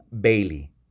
bailey